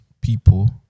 people